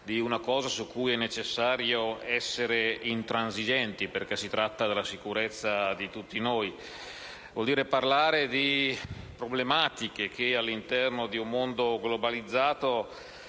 di qualcosa su cui è necessario essere intransigenti, perché si tratta della sicurezza di tutti noi; vuol dire parlare di tematiche che, all'interno di un mondo globalizzato,